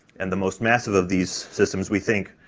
and the most massive of these systems, we think,